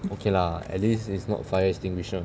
okay lah at least is not fire extinguisher